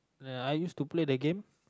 uh I used to play the game